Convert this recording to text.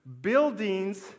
buildings